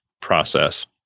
process